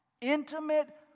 intimate